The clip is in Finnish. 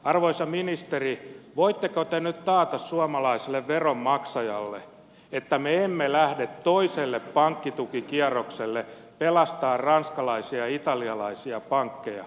arvoisa ministeri voitteko te nyt taata suomalaiselle veronmaksajalle että me emme lähde toiselle pankkitukikierrokselle pelastamaan ranskalaisia ja italialaisia pankkeja